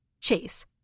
Chase